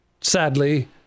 Sadly